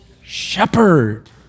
shepherd